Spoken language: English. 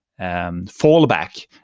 fallback